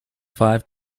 five